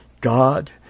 God